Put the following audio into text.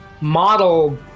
model